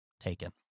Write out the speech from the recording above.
taken